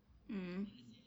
mmhmm